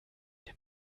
dem